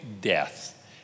death